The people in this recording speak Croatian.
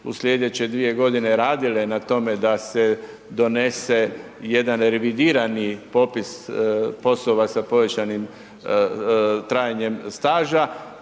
u slijedeće dvije godine radile na tome da se donese jedan revidirani popis poslova sa povećanim trajanjem staža,